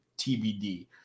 tbd